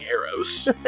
arrows